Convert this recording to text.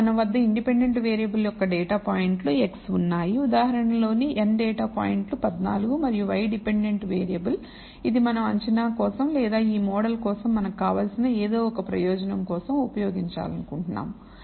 మన వద్ద independent variable యొక్క డేటా పాయింట్లు x I ఉన్నాయి ఉదాహరణలోని n డేటా పాయింట్లు 14 మరియు y డిపెండెంట్ వేరియబుల్ ఇది మనం అంచనా కోసం లేదా ఈ మోడల్ కోసం మనకు కావలసిన ఏదో ఒక ప్రయోజనం కోసం ఉపయోగించాలనుకుంటున్నాము